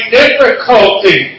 difficulty